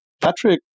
Patrick